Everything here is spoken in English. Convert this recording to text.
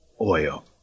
Oil